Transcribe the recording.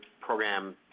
program